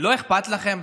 לא אכפת לכם?